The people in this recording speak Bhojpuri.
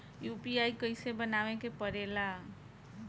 यू.पी.आई कइसे बनावे के परेला?